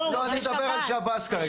אני מדבר על שב"ס כרגע.